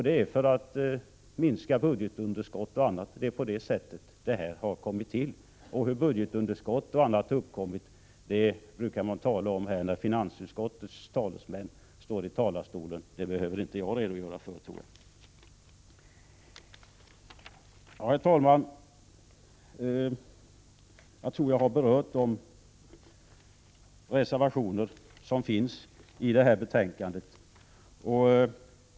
Det är för att minska budgetunderskott och annat som detta har kommit till. Och hur budgetunderskotten uppkommit brukar man tala om när finansutskottets talesmän står i talarstolen, så det behöver inte jag redogöra för. Herr talman! Jag tror jag har berört de reservationer som finns i detta betänkande.